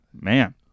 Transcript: Man